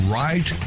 right